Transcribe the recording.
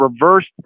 reversed